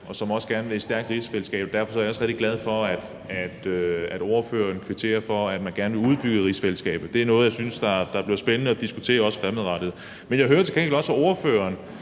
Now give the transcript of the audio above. og som også gerne vil et stærkt rigsfællesskab. Derfor er jeg også rigtig glad for, at ordføreren kvitterer for, at man gerne vil udbygge rigsfællesskabet. Det er noget, jeg synes bliver spændende at diskutere også fremadrettet. Men jeg hører til gengæld også, at ordføreren